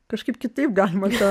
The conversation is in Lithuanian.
kažkaip kitaip gal mažiau